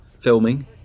filming